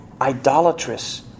idolatrous